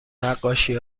نقاشی